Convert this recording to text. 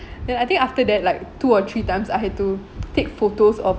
then I think after that like two or three times I had to take photos of